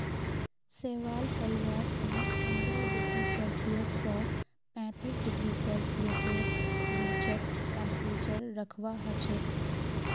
शैवाल पलवार तने पंद्रह डिग्री सेल्सियस स पैंतीस डिग्री सेल्सियसेर बीचत टेंपरेचर रखवा हछेक